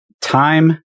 time